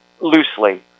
loosely